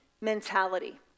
mentality